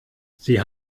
sie